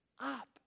up